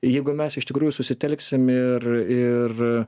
jeigu mes iš tikrųjų susitelksim ir ir